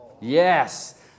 Yes